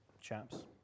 chaps